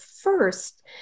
first